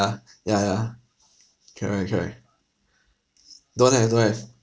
ya yeah correct correct don't have don't have